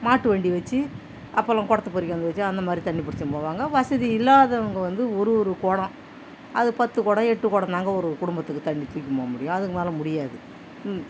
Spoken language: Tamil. மாட்டு வண்டி வச்சு அப்போலாம் குடத்த பொறிக்கியாந்து வச்சு அந்தமாதிரி தண்ணி பிடிச்சின்னு போவாங்க வசதி இல்லாதவங்க வந்து ஒரு ஒரு குடம் அது பத்து குடம் எட்டு குடம் தாங்க ஒரு குடும்பத்துக்கு தண்ணி தூக்கின்னு போகமுடியும் அதுக்கு மேலே முடியாது